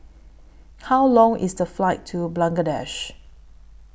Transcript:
How Long IS The Flight to Bangladesh